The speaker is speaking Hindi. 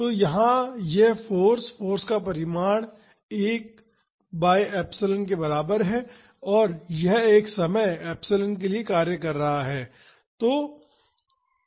तो यहाँ यह फाॅर्स फाॅर्स का परिमाण 1 बाई एप्सिलॉन के बराबर है और यह एक समय एप्सिलॉन के लिए कार्य कर रहा है